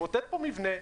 התמוטט פה מבנה,